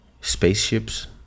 spaceships